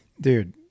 dude